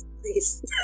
please